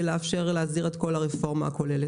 לאפשר להחזיר את כל הרפורמה הכוללת.